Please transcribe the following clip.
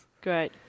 Great